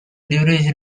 duration